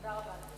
תודה רבה.